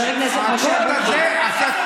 מה זאת אומרת לכל אחד יש קוד?